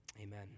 amen